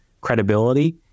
credibility